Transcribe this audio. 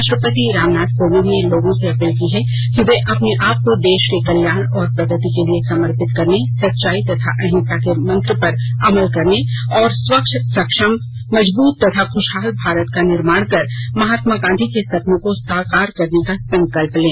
राष्ट्रपति रामनाथ कोविंद ने लोगों से अपील की है कि ये अपने आपको देश को कल्याण और प्रगति के लिए समर्पित करने सच्चाई तथा अहिंसा के मंत्र पर अमल करने और स्वच्छ सक्षम मजबूत तथा खुशहाल भारत का निर्माण कर महात्मा गांधी के सपनों को साकार करने का संकल्प लें